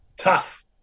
tough